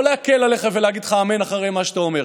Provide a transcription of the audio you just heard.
לא להקל עליך ולהגיד אמן אחרי מה שאתה אומר.